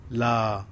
la